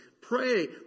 pray